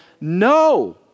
no